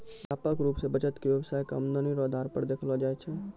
व्यापक रूप से बचत के व्यवसाय के आमदनी रो आधार पर देखलो जाय छै